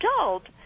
adult